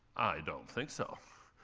i don't think so.